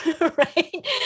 right